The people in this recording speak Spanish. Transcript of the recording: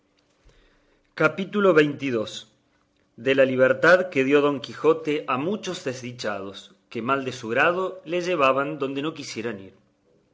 capítulo xxii de la libertad que dio don quijote a muchos desdichados que mal de su grado los llevaban donde no quisieran ir